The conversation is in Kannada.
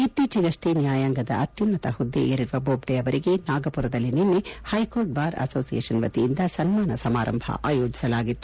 ಇತ್ತೀಚೆಗಷ್ಟೆ ನ್ಯಾಯಾಂಗದ ಅತ್ತುನ್ನತ ಹುದ್ದೆ ಏರಿರುವ ಬೋಬ್ದೆ ಅವರಿಗೆ ನಾಗಪುರದಲ್ಲಿ ನಿನ್ನೆ ಹೈಕೋರ್ಟ್ ಬಾರ್ ಅಸೋಷಿಯೇಷನ್ ವತಿಯಿಂದ ಸನ್ನಾನ ಸಮಾರಂಭ ಆಯೋಜಿಸಲಾಗಿತ್ತು